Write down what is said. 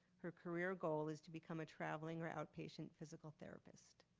her career goal is to become a traveling outpatient physical therapist.